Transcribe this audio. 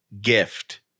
gift